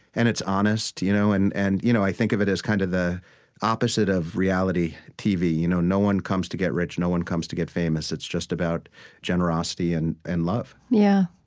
and it's honest. you know and and you know i think of it as kind of the opposite of reality tv. you know no one comes to get rich, no one comes to get famous, it's just about generosity and and love yeah.